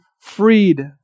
freed